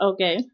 Okay